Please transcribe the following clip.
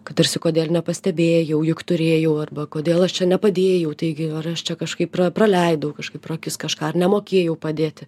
kad tarsi kodėl nepastebėjau juk turėjau arba kodėl aš čia nepadėjau taigi ar aš čia kažkaip praleidau kažkaip pro akis kažką ar nemokėjau padėti